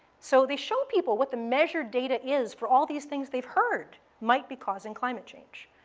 so, they show people what the measured data is for all these things they've heard might be causing climate change.